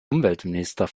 umweltminister